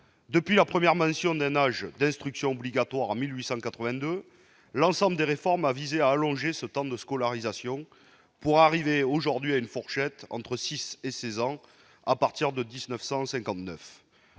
Depuis la première mention d'un âge d'instruction obligatoire, en 1882, l'ensemble des réformes a visé à allonger ce temps de scolarisation pour arriver, depuis 1959, à une fourchette de 6 à 16 ans. De fait, en